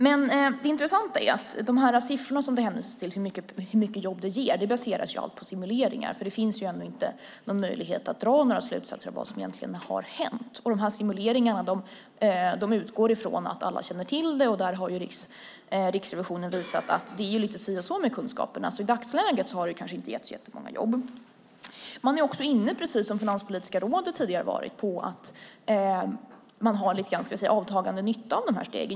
Men det intressanta är att de siffror som det hänvisas till om hur många jobb det ger baseras på simuleringar eftersom det inte finns någon möjlighet att dra några slutsatser av vad som egentligen har hänt. Dessa simuleringar utgår från att alla känner till det. Där har Riksrevisionen visat att det är lite si och så med kunskaperna, så i dagsläget har det kanske inte gett så många jobb. Man är också inne på, precis som Finanspolitiska rådet tidigare har varit, att man har lite avtagande nytta av dessa steg.